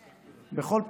אותי,